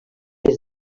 des